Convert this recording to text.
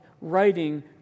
writing